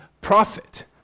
prophet